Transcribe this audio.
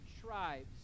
tribes